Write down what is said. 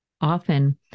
Often